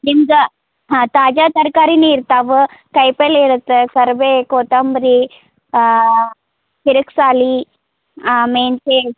ನಿಮ್ದು ಹಾಂ ತಾಜಾ ತರಕಾರಿನೇ ಇರ್ತಾವೆ ಕಾಯಿಪಲ್ಲೆ ಇರುತ್ತೆ ಕರ್ಬೇವ್ ಕೊತ್ತಂಬ್ರಿ ಕಿರಿಕ್ ಸಾಲಿ ಮೆಂತ್ಯ